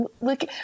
look